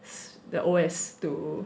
the O_S too